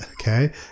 Okay